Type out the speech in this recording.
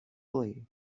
play